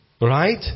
Right